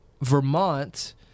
Vermont